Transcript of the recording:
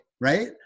right